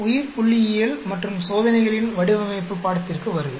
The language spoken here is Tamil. உயிர்புள்ளியியல் மற்றும் சோதனைகளின் வடிவமைப்பு பாடத்திற்கு வருக